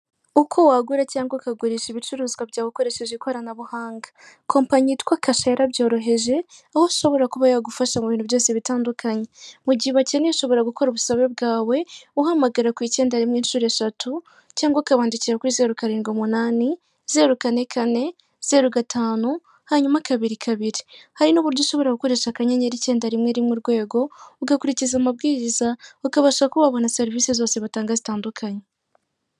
uko wagura cyangwa ukagurisha ibicuruzwa byawe ukoresheje ikoranabuhanga kompanyi yitwa cashe yarabyoroheje aho ushobora kuba yagufasha mu bintu byose bitandukanye mu gihe bakeneye ushobora gukora ubusabe bwawe uhamagara ku icyenda rimwe inshuro eshatu cyangwa ukabandikira kuri ze ukarenga umunanizekankane zerugatanu hanyuma kabiri kabiri hari n'uburyo ushobora gukoresha akanyeri icyenda rimwe mu rwego ugakurikiza amabwiriza bakabasha kubabona serivisi zose batanga zitandukanye